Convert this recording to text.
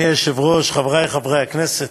אדוני היושב-ראש, חברי חברי הכנסת,